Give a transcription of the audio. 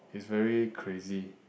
it's very crazy